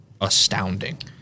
astounding